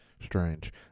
strange